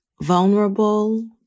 vulnerable